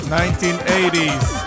1980s